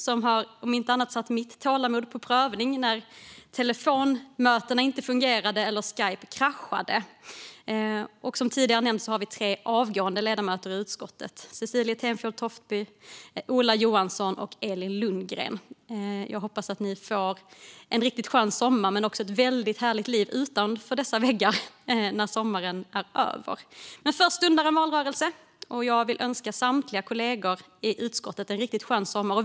Den har om inte annat satt mitt tålamod på prov när telefonmöten inte fungerat eller när Skype kraschat. Som tidigare har nämnts har vi tre avgående ledamöter i utskottet: Cecilie Tenfjord Toftby, Ola Johansson och Elin Lundgren. Jag hoppas att ni får en riktigt skön sommar men också ett väldigt härligt liv utanför dessa väggar när sommaren är över. Men först stundar en valrörelse. Jag vill önska samtliga kollegor i utskottet en riktigt skön sommar.